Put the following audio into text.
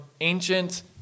ancient